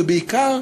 ובעיקר,